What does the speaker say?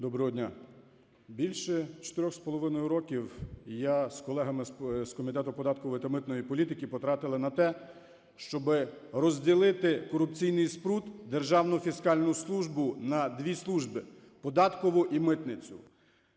Доброго дня! Більше 4,5 років я з колегами з Комітету податкової та митної політики протратили на те, щоби розділити корупційний спрут Державну фіскальну службу на дві служби – податкову і митницю,